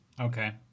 Okay